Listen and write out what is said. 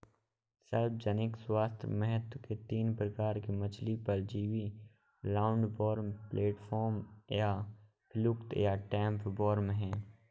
सार्वजनिक स्वास्थ्य महत्व के तीन प्रकार के मछली परजीवी राउंडवॉर्म, फ्लैटवर्म या फ्लूक और टैपवार्म है